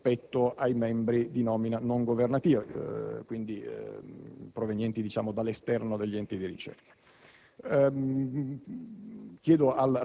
rispetto ai membri di nomina non governativa, provenienti quindi dall'esterno degli enti di ricerca.